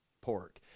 pork